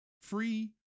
free